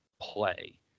play